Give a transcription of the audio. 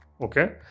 Okay